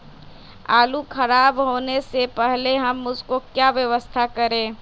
आलू खराब होने से पहले हम उसको क्या व्यवस्था करें?